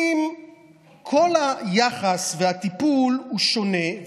כל היחס והטיפול הוא שונה,